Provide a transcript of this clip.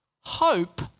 Hope